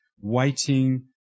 waiting